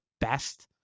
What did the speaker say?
best